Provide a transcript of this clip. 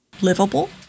livable